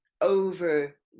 over